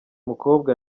mukobwa